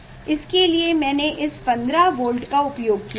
इसके लिए मैंने इस 15 वोल्ट का उपयोग किया है